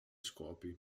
scopi